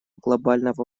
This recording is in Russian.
глобального